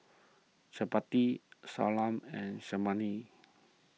Chapati Salsa and